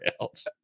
else